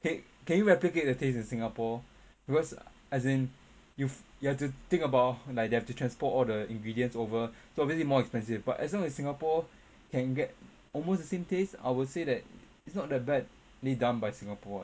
can can you replicate the taste in singapore because as in you you have to think about like they have to transport all the ingredients over so obviously more expensive but as long as singapore can get almost the same taste I would say that it's not that badly done by singapore